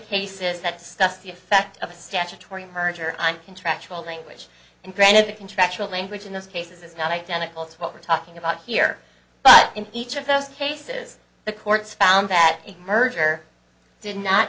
cases that stuff the effect of a statutory merger i'm contractual language and granted the contractual language in those cases is not identical to what we're talking about here but in each of those cases the courts found that a merger did not